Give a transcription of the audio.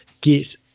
get